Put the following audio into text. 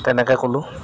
তেনেকৈ ক'লোঁ